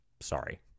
Sorry